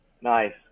Nice